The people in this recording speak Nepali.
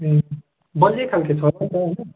बलियै खालकै छ अन्त होइन